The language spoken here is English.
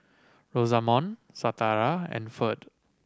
Rosamond Shatara and Ferd